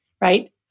right